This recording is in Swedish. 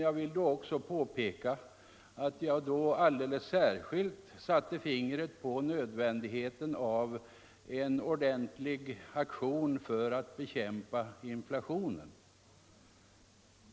Jag vill påpeka att jag då alldeles särskilt satte fingret på nödvändigheten av en ordentlig aktion för att bekämpa inflationen.